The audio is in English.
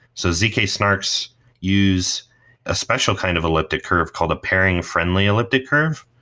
zk-snarks use a special kind of elliptic curve called the pairing-friendly elliptic curve.